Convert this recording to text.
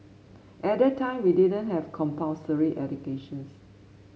at that time we didn't have compulsory educations